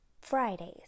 Fridays